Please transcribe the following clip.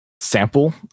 sample